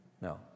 No